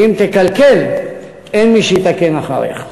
שאם תקלקל אין מי שיתקן אחריך.